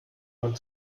man